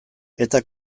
eta